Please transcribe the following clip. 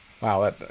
Wow